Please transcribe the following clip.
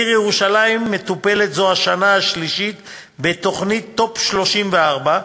העיר ירושלים מטופלת זו השנה השלישית בתוכנית "טופ 34",